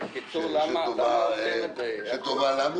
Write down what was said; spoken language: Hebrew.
בקיצור, למה עושים את זה, יעקב?